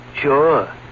Sure